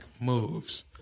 moves